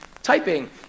typing